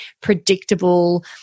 predictable